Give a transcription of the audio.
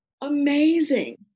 amazing